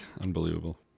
unbelievable